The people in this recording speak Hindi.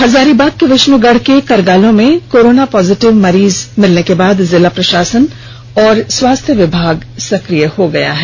हजारीबाग के विष्णुगढ के करगालों में कोरोना पॉजिटिव मरीज मिलने के बाद जिला प्रशासन व स्वास्थ्य विमाग सक्रिय हो गया है